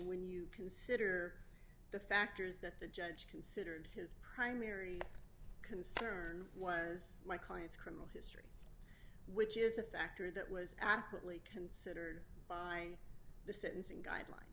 when you consider the factors that the judge considered his primary concern was my client's criminal which is a factor that was adequately considered by the sentencing guidelines